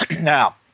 Now